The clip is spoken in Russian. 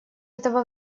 этого